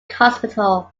hospital